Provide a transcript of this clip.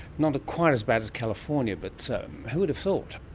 not quite as bad as california, but so who would have thought.